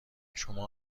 شما